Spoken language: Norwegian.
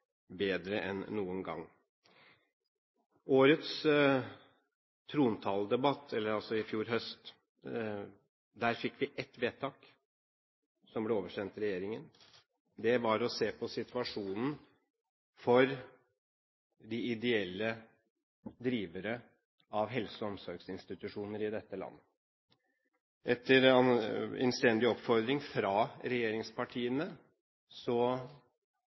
bedre enn noen gang. I trontaledebatten i fjor høst fikk vi ett vedtak som ble oversendt regjeringen. Det gikk på å se på situasjonen for de ideelle drivere av helse- og omsorgsinstitusjoner i dette landet. Etter innstendig oppfordring fra regjeringspartiene